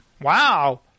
Wow